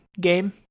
game